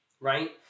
Right